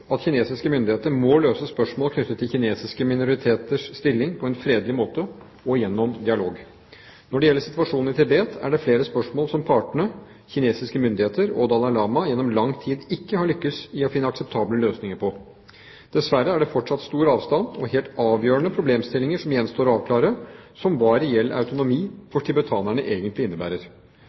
at kinesiske myndigheter må løse spørsmål knyttet til kinesiske minoriteters stilling på en fredelig måte og gjennom dialog. Når det gjelder situasjonen i Tibet, er det flere spørsmål som partene – kinesiske myndigheter og Dalai Lama – gjennom lang tid ikke har lyktes i å finne akseptable løsninger på. Dessverre er det fortsatt stor avstand og helt avgjørende problemstillinger som gjenstår å avklare, som hva reell autonomi for tibetanerne egentlig innebærer.